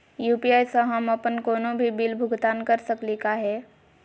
UPI स हम अप्पन कोनो भी बिल भुगतान कर सकली का हे?